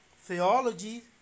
theology